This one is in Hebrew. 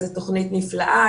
זאת תוכנית נפלאה.